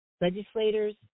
legislators